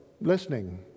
listening